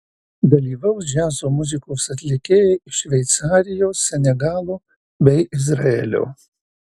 dalyvaus džiazo muzikos atlikėjai iš šveicarijos senegalo bei izraelio